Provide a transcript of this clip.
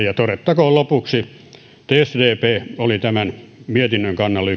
ja todettakoon lopuksi että sdp oli tämän mietinnön kannalla